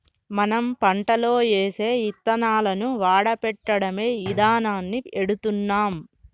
మనం పంటలో ఏసే యిత్తనాలను వాడపెట్టడమే ఇదానాన్ని ఎడుతున్నాం